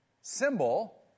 symbol